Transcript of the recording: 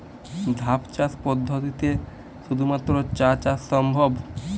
ধাপ চাষ পদ্ধতিতে শুধুমাত্র চা চাষ সম্ভব?